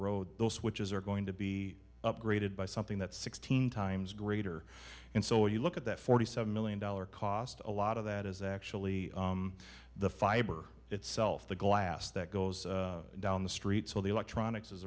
road those switches are going to be upgraded by something that's sixteen times greater and so when you look at that forty seven million dollar cost a lot of that is actually the fiber itself the glass that goes down the street so the electronics is